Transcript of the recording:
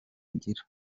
agira